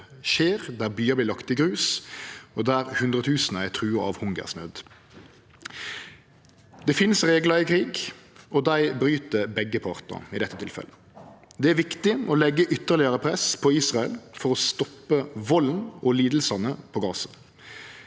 skjer, der byar vert lagde i grus, og der hundretusen er truga av hungersnød. Det finst reglar i krig, og dei bryt begge partane i dette tilfellet. Det er viktig å leggje ytterlegare press på Israel for å stoppe valden og lidingane på Gaza.